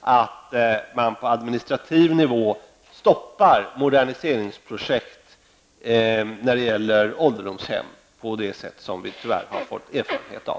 att man på administrativ nivå stoppar moderniseringsprojekt när det gäller ålderdomshem på det sätt som vi tyvärr har fått erfara här.